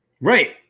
Right